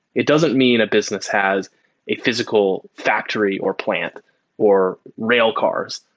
it doesn't mean a business has a physical factory or plant or rail cars.